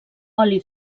oli